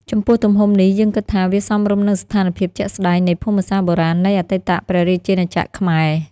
ចំពោះទំហំនេះ យើងគិតថាវាសមរម្យនឹងស្ថាន ភាពជាក់ស្តែង នៃភូមិសាស្ត្របុរាណនៃអតីតព្រះរាជាណាចក្រខ្មែរ។